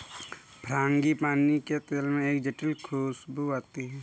frangipani के तेल में एक जटिल खूशबू आती है